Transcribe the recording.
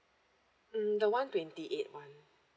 mm the one twenty eight one